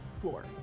floor